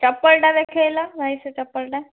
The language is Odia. ଚପଲଟା ଦେଖାଇଲ ଭାଇ ସେ ଚପଲଟା